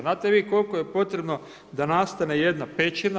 Znate vi koliko je potrebno da nastane jedna pećina.